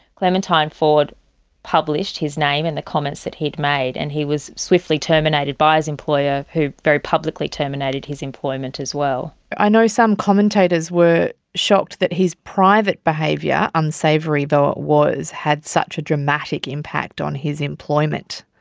clementine ford published his name and the comments that he had made and he was swiftly terminated by his employer who very publicly terminated his employment as well. i know some commentators were shocked that his private behaviour, unsavoury though it was, had such a dramatic impact on his employment.